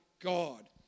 God